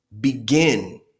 begin